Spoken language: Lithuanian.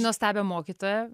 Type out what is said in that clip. nuostabią mokytoją